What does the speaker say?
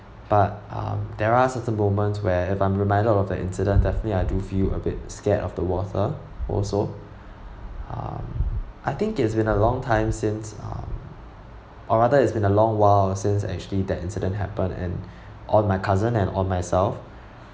but um there are certain moments where if I'm reminded of that incident definitely I do feel a bit scared of the water also um I think it's been a long time since um or rather it's been a long while since actually that incident happened and on my cousin and on myself